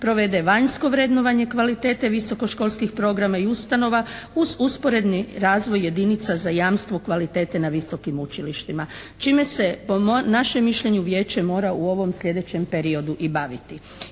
provede vanjsko vrednovanje kvalitete visokoškolskih programa i ustanova uz usporedni razvoj jedinica za jamstvo kvalitete na visokim učilištima, čime se po našem mišljenju vijeće mora u ovom sljedećem periodu i baviti.